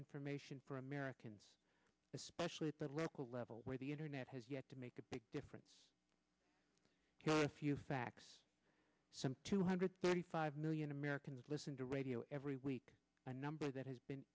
information for americans especially at the local level where the internet has yet to make a big difference you know a few facts some two hundred thirty five million americans listen to radio every week a number that has been